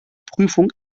prüfung